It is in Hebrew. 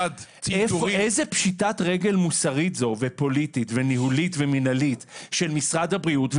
איזו פשיטת רגל מוסרית זו ופוליטית וניהולית ומנהלית של משרד הבריאות,